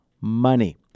money